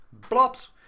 Blops